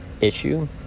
issue